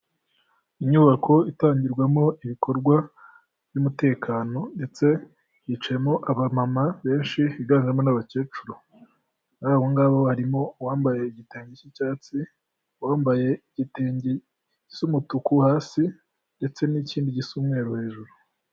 Inyubako itangirwamo ibikorwa by'umutekano ndetse hicayemo abama benshi higanjemo n'abakecuru, muri abo ngabo harimo uwambaye igitange cy'icyatsi, uwambaye igitengi cy'umutuku hasi, ndetse n'ikindi gisa umweru hejuru.